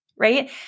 right